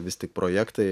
vis tik projektai